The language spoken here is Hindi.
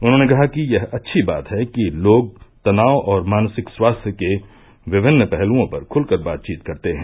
उन्होंने कहा कि यह अच्छी बात है कि लोग तनाव और मानसिक स्वास्थ्य के विभिन्न पहलूओं पर खुलकर बातचीत करते हैं